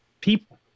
people